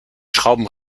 schrauben